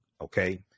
okay